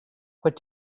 what